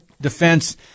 Defense